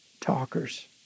talkers